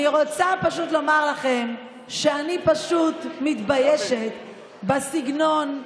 אני רוצה לומר לכם שאני פשוט מתביישת בסגנון,